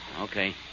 Okay